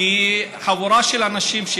חבורה של אנשים,